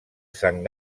sant